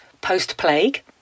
post-plague